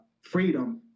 freedom